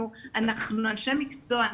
אנחנו אנשי מקצוע.